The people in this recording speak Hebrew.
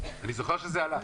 אני זוכר שזה עלה.